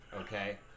okay